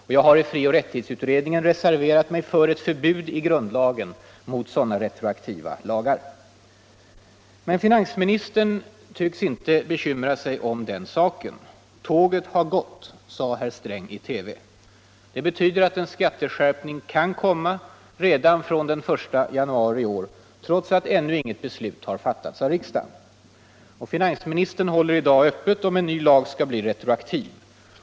Och jag har i frioch rättighetsutredningen reserverat mig för ett förbud i grundlagen mot sådana retroaktiva lagar. Men finansministern tycks inte bekymra sig om den saken. Tåget har gått, sade herr Sträng i TV. Det betyder att en skatteskärpning kan komma redan från den 1 januari i år, trots att ännu inget beslut har fattats av riksdagen. Och finansministern håller i dag öppet om en ny lag skall bli retroaktiv.